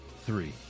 three